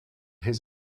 his